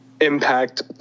Impact